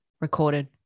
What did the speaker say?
recorded